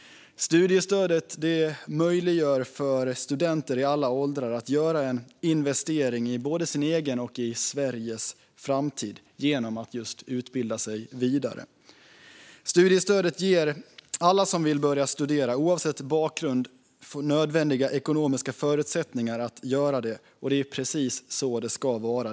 Studiestödet möjliggör för studenter i alla åldrar att göra en investering i både sin egen och Sveriges framtid genom att utbilda sig vidare. Studiestödet ger alla som vill börja studera, oavsett bakgrund, nödvändiga ekonomiska förutsättningar att göra det, och det är precis så det ska vara.